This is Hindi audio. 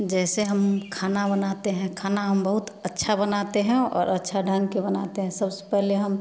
जैसे हम खाना बनाते हैं खाना हम बहुत अच्छा बनाते हैं और अच्छा ढंग का बनाते हैं सबसे पहले हम